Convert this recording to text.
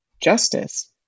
justice